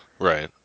Right